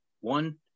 One